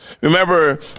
Remember